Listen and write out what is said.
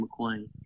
McQueen